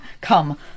come